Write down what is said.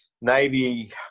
Navy